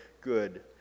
good